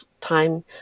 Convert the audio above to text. time